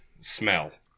smell